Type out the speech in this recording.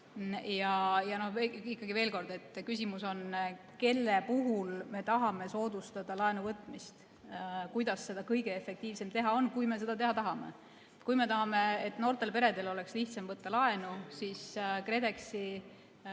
osa. Ikkagi veel kord: küsimus on, kelle puhul me tahame soodustada laenuvõtmist ja kuidas seda kõige efektiivsemalt teha, kui me seda teha tahame. Kui me tahame, et noortel peredel oleks lihtsam võtta laenu, siis KredExi